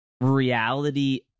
reality